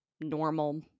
normal